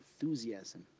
enthusiasm